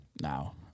now